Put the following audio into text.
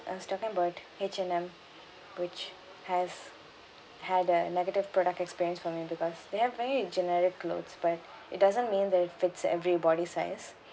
I was talking about H&M which has had a negative product experience for me because they have very generic clothes but it doesn't mean that it fits every body size